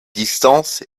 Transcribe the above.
distance